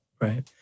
Right